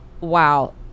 wow